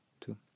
two